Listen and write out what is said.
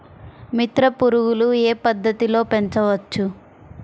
మిత్ర పురుగులు ఏ పద్దతిలో పెంచవచ్చు?